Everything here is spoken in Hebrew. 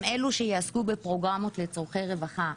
הם אלו שיעסקו בפרוגרמות לצרכי רווחה.